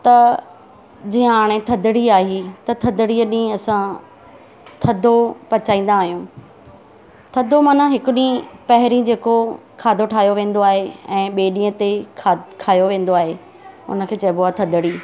त जीअं हाणे थधिड़ी आहीं त थधिड़ी ॾींहुं असां थधो पचाईंदा आहियूं थधो माना हिकु ॾींहुं पहिरीं जेको खाधो ठायो वेंदो आहे ऐं ॿिए ॾींहुं ते खा खायो वेंदो आहे हुनखे चइबो आहे थधिड़ी